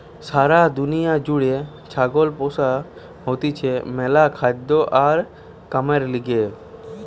সারা দুনিয়া জুড়ে ছাগল পোষা হতিছে ম্যালা খাদ্য আর কামের লিগে